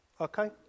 Okay